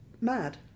Mad